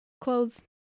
clothes